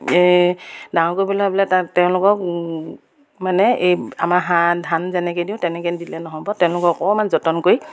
এই ডাঙৰ কৰিবলৈ ভাবিলে তেওঁলোকক মানে এই আমাৰ হাঁহ ধান যেনেকৈ দিওঁ তেনেকৈ দিলে নহ'ব তেওঁলোকক অকণমান যতন কৰি